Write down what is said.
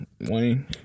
Wayne